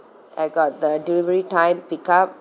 I got the delivery time pickup